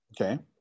Okay